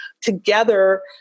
together